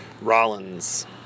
Rollins